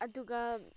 ꯑꯗꯨꯒ